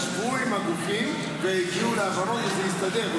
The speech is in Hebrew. וישבו עם הגופים והגיעו להבנות וזה הסתדר.